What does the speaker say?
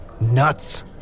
Nuts